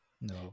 No